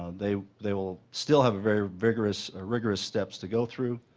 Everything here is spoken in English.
they they will still have a very rigorous rigorous steps to go through,